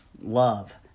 love